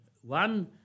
one